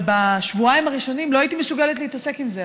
אבל בשבועיים הראשונים לא הייתי מסוגלת להתעסק עם זה,